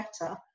better